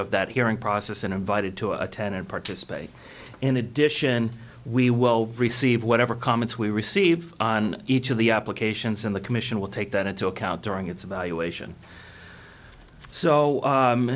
of that hearing process and invited to attend and participate in addition we will receive whatever comments we receive on each of the applications and the commission will take that into account during its evaluation so